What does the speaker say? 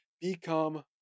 Become